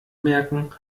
merken